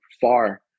far